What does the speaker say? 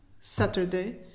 Saturday